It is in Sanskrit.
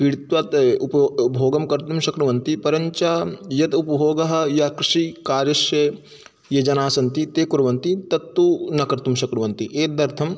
पीडित्वा ते उपभोगं कर्तुं शक्नुवन्ति परञ्च यत् उपभोगः य कृषिकार्यस्य ये जनाः सन्ति ते कुर्वन्ति तत्तु न कर्तुं शक्नुवन्ति एतदर्थं